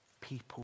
People